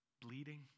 Bleeding